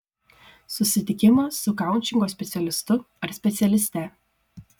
susitikimas su koučingo specialistu ar specialiste